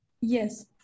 Yes